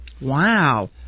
Wow